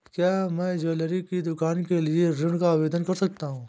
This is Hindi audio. क्या मैं ज्वैलरी की दुकान के लिए ऋण का आवेदन कर सकता हूँ?